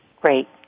Great